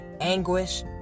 anguish